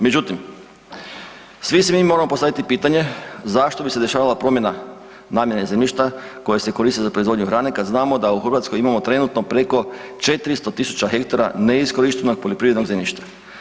Međutim, svi si mi moramo postaviti pitanje zašto bi se dešavala promjena namjene zemljišta koje se koristi za proizvodnju hrane, kad znamo da u Hrvatskoj imamo trenutno preko 400 tisuća hektara neiskorištenog poljoprivrednog zemljišta.